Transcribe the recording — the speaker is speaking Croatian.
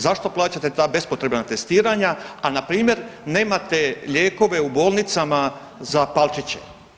Zašto plaćate ta bespotrebna testiranja, a na primjer nemate lijekove u bolnicama za Palčiće?